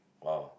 !wow!